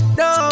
no